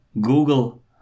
google